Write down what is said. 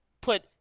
put